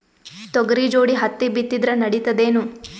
ತೊಗರಿ ಜೋಡಿ ಹತ್ತಿ ಬಿತ್ತಿದ್ರ ನಡಿತದೇನು?